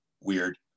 weird